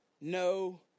no